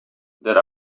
that